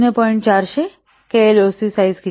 400 KLOC size किती आहे